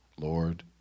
Lord